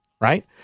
Right